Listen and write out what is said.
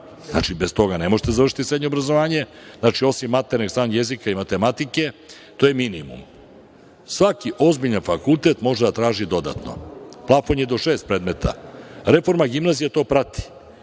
bez toga ne možete završiti srednje obrazovanje, znači, osim maternjeg, stranog jezika i matematike, to je minimum. Svaki ozbiljan fakultet može da traži dodatno. Plafon je do šest predmeta. Reforma gimnazije to prati